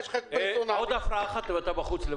ניר, עוד הפרעה אחת ותצא החוצה.